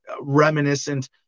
reminiscent